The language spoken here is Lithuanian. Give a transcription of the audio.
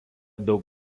daug